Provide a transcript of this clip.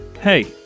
Hey